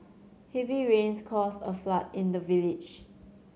heavy rains caused a flood in the village